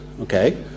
okay